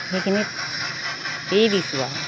সেইখিনিত এৰি দিছোঁ আৰু